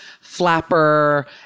flapper